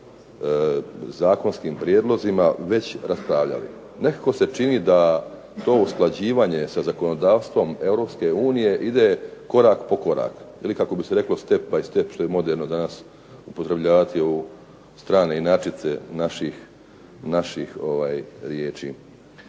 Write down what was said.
zakonskim prijedlozima već raspravljali. Nekako se čini da to usklađivanje sa zakonodavstvom Europske unije ide korak po korak, ili kako bi se reklo step by step što je moderno danas upotrebljavati u strane inačice naših riječi.